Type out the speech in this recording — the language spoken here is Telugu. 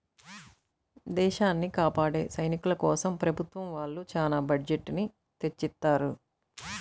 దేశాన్ని కాపాడే సైనికుల కోసం ప్రభుత్వం వాళ్ళు చానా బడ్జెట్ ని తెచ్చిత్తారు